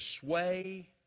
sway